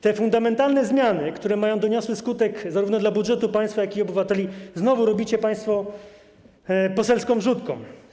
Te fundamentalne zmiany, które mają doniosły skutek zarówno dla budżetu państwa, jak i dla obywateli, znowu wprowadzacie państwo poselską wrzutką.